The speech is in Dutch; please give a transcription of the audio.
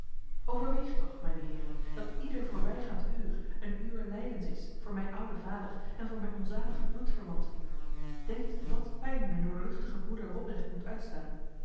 overweegt toch mijne heren dat ieder voorbijgaand uur een uur lijdens is voor mijn oude vader en voor mijn onzalige bloedverwanten denkt wat pijn mijn doorluchtige broeder robrecht moet uitstaan